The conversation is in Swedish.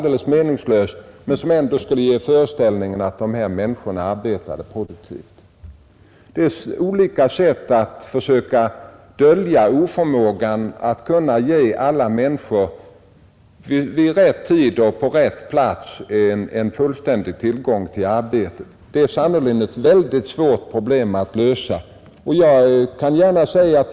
Det är fråga om olika sätt att visa oförmågan att bereda alla människor i rätt tid och på rätt plats fullständig tillgång på arbete. Detta är sannerligen ett svårt problem att lösa.